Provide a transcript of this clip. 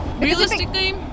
Realistically